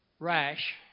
rash